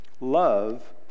Love